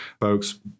Folks